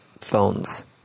phones